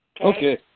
Okay